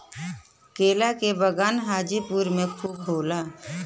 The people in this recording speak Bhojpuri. केला के बगान हाजीपुर में खूब होला